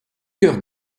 cœur